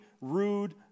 rude